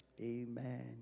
Amen